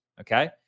okay